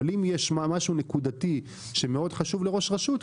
אבל אם יש משהו נקודתי שמאוד חשוב לראש רשות,